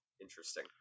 interesting